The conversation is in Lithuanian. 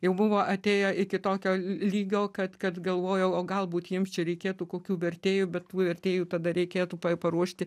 jau buvo atėję iki tokio lygio kad kad galvojo o galbūt jiems čia reikėtų kokių vertėjų bet tų vertėjų tada reikėtų pa paruošti